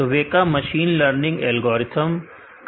तो Weka machine learning algorithm का संग्रह है